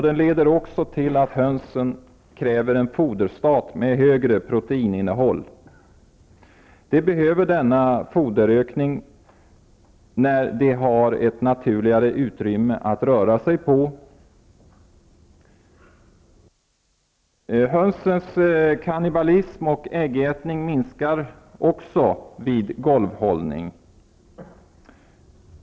Den leder också till att hönsen kräver en foderstat med högre proteininnehåll. De behöver denna foderökning när de har ett naturligare utrymme att röra sig på. Hönsens kannibalism och äggätning minskar också vid golvhållning.